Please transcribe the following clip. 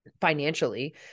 financially